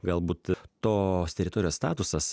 galbūt tos teritorijos statusas